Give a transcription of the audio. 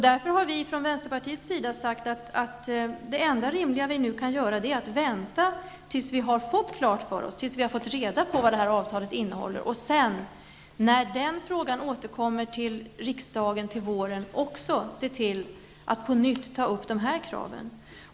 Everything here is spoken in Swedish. Därför har vi från vänsterpartiets sida sagt att det enda rimliga vi nu kan göra är att vänta tills vi har fått reda på vad detta avtal innehåller och sedan, när frågan återkommer till riksdagen under våren, på nytt ta upp de här kraven.